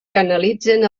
canalitzen